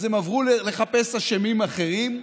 הם עברו לחפש אשמים אחרים.